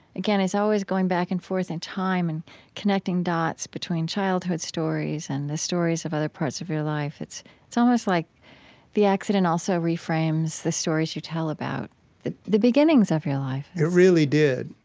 again, is always going back and forth in time, and connecting dots between childhood stories, and the stories of other parts of your life, it's it's almost like the accident also reframes the stories you tell about the the beginnings of your life it really did.